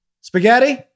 Spaghetti